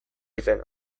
izena